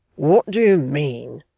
what do you mean